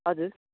हजुर